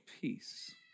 peace